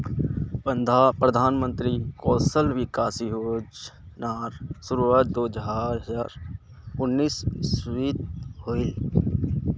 प्रधानमंत्री कौशल विकाश योज्नार शुरुआत दो हज़ार उन्नीस इस्वित होहिल